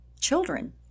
children